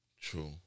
True